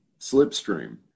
slipstream